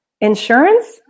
Insurance